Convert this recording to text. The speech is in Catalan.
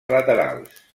laterals